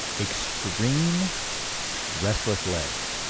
extreme restless legs.